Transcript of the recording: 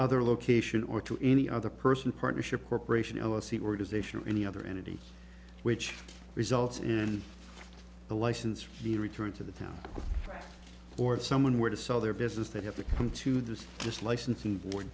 other location or to any other person partnership corporation l l c organization or any other entity which results in the license for the return to the town or if someone were to sell their business they have to come to the just licensing bo